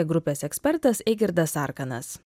grupės ekspertas eigirdas arkanas